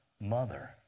mother